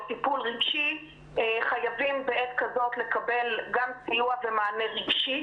טיפול רגשי חייבים בעת כזאת לקבל גם סיוע ומענה רגשי,